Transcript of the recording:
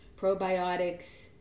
probiotics